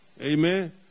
Amen